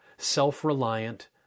self-reliant